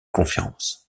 conférences